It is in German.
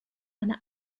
eine